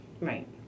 Right